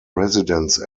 residence